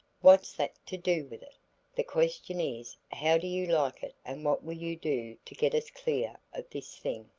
what's that to do with it the question is how do you like it and what will you do to get us clear of this thing.